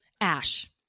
Ash